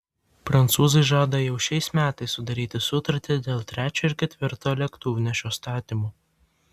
prancūzai žada jau šiais metais sudaryti sutartį dėl trečio ir ketvirto lėktuvnešio statymo